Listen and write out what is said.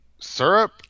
Syrup